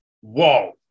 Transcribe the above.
whoa